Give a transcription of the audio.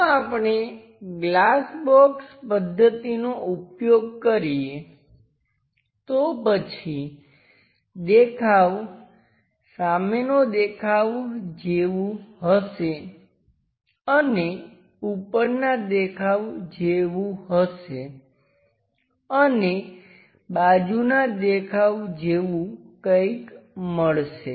જો આપણે glass box પદ્ધતિનો ઉપયોગ કરીએ તો પછી દેખાવ સામેનો દેખાવ જેવું હશે અને ઉપરના દેખાવ જેવું હશે અને બાજુનાં દેખાવ જેવું કંઈક મળશે